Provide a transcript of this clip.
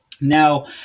Now